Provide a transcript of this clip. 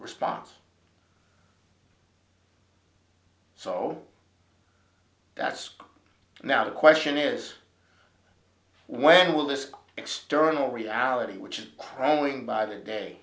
response so that's now the question is when will this external reality which is crowing by the day